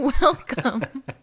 Welcome